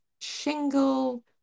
shingle